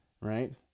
right